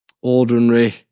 ordinary